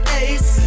ace